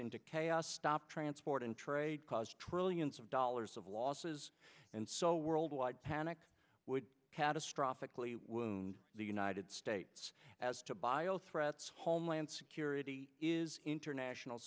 into chaos stop transport and trade cause trillions of dollars of losses and so worldwide panic would be catastrophic lee when the united states has to buy all threats homeland security is international